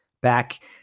back